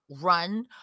run